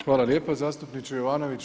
Hvala lijepo zastupniče Jovanović.